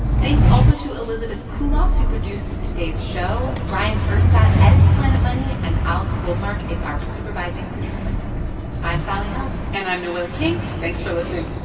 thanks also to elizabeth kulas who produced today's show. bryant urstadt edits planet money. and alex goldmark is our supervising producer i'm sally helm and i'm noel king. thanks for listening